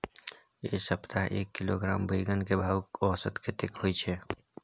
ऐ सप्ताह एक किलोग्राम बैंगन के भाव औसत कतेक होय छै?